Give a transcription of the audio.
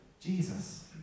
Jesus